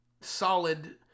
solid